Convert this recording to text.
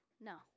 no